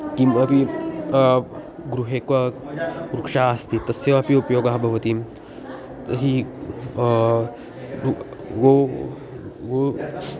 किं वा किं गृहे वा वृक्षः अस्ति तस्य अपि उपयोगः भवति तर्हि वा वा